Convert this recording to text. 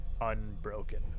unbroken